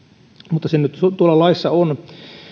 mutta se nyt tuolla laissa on